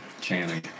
Channing